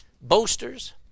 boasters